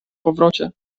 powrocie